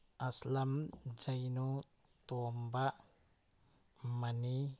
ꯑꯁꯂꯝ ꯖꯩꯅꯨ ꯇꯣꯝꯕ ꯃꯅꯤ